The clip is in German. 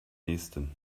nähesten